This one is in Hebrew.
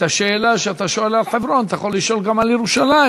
את השאלה שאתה שואל על חברון אתה יכול לשאול גם על ירושלים,